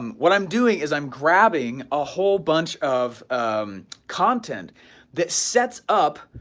um what i'm doing is i'm grabbing a whole bunch of content that sets up,